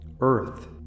earth